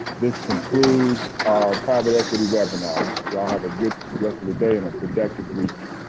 this concludes our private equity webinar. you all have a good rest of the day and a productive week.